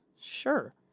Sure